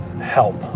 help